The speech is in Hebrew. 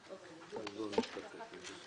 אין הצעת חוק הסדרת העיסוק במקצועות